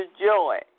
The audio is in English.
joy